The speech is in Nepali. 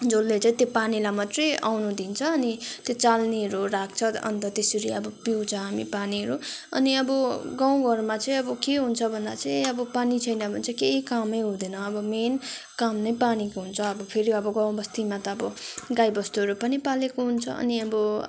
जसले चाहिँ त्यो पानीलाई मात्रै आउनु दिन्छ अनि त्यो चाल्नीहरू राख्छ अन्त त्यसरी अब पिउँछ हामी पानीहरू अनि अब गाउँघरमा चाहिँ अब के हुन्छ भन्दा चाहिँ अब पानी छैन भने चाहिँ केही कामै हुँदैन अब मेन काम नै पानीको हुन्छ अब फेरि अब गाउँ बस्तीमा अब गाई बस्तुहरू पनि पालेको हुन्छ अनि अब